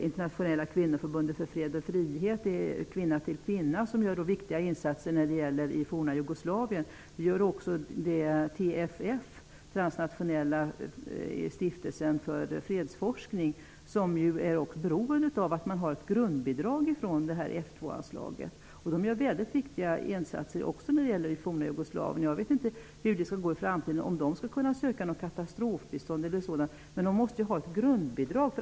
Internationella kvinnoförbundet för fred och frihet och Kvinna till kvinna gör viktiga insatser när det gäller det forna Jugoslavien. Det gör också TFF, Transnationella stiftelsen för fredsoch framtidsforskning, som är beroende av ett grundbidrag från F 2-anslaget. Jag vet inte hur det skall gå i framtiden. Skall dessa organisationer kunna söka katastrofbistånd eller något sådant? De måste ju ändå ha ett grundbidrag.